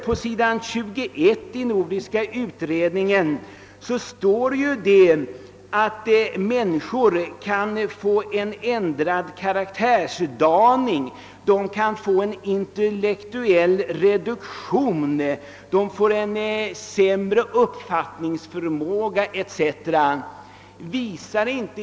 På s. 21 i den nordiska utredningen kan vi läsa, att människor kan drabbas av karaktärsförändringar, med emotionell instabilitet som följd och intellektuell reduktion, får sämre uppfattningsförmåga än de hade tidigare etc.